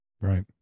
right